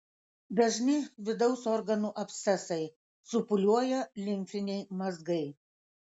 dažni vidaus organų abscesai supūliuoja limfiniai mazgai